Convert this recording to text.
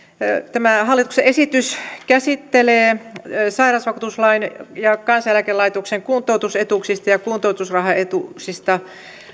tämä hallituksen esitys käsittelee sairausvakuutuslakia ja kansaneläkelaitoksen kuntoutusetuuksista ja ja kuntoutusrahaetuuksista